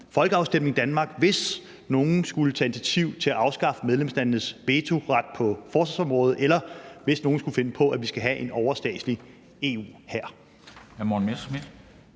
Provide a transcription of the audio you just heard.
folkeafstemning i Danmark, hvis nogen skulle tage initiativ til at afskaffe medlemslandenes vetoret på forsvarsområdet, eller hvis nogen skulle finde på, at vi skal have en overstatslig EU-hær.